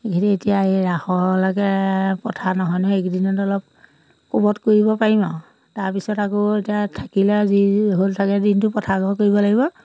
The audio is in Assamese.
এইখিনি এতিয়া এই ৰাসৰলৈকে পথাৰ নহয় নহয় এইকেইদিনত অলপ কোবত কৰিব পাৰিম আৰু তাৰপিছত আকৌ এতিয়া থাকিলে যি হ'ল থাকে দিনটো পথাৰ ঘৰ কৰিব লাগিব